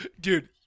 Dude